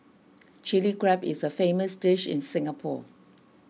Chilli Crab is a famous dish in Singapore